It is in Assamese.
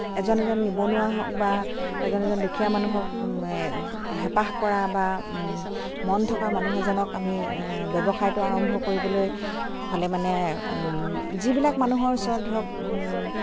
এজন এজন নিবনুৱা হওক বা এজন এজন দুখীয়া মানুহক হেঁপাহ কৰা বা মন থকা মানুহ এজনক আমি ব্যৱসায়টো আৰম্ভ কৰিবলৈ হ'লে মানে যিবিলাক মানুহৰ ওচৰত ধৰক